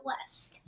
west